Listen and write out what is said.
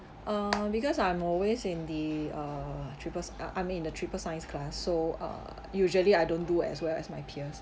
uh because I'm always in the err triple s~ uh I mean in the triple science class so uh usually I don't do as well as my peers